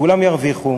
שכולם ירוויחו,